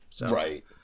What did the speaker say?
Right